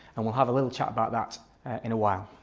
and we'll have a little chat about that in a while.